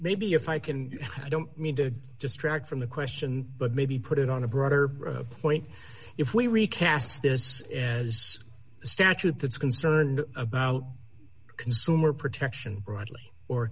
maybe if i can i don't mean to distract from the question but maybe put it on a broader point if we recast this as a statute that's concerned about consumer protection broadly or